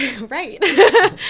Right